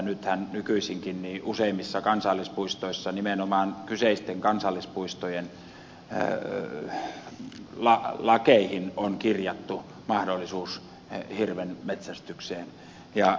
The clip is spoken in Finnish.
nythän nykyisinkin useimmissa kansallispuistoissa nimenomaan kyseisten kansallispuistojen lakeihin on kirjattu mahdollisuus heti hirven metsästykseen ja